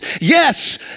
yes